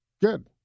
Good